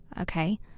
Okay